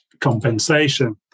compensation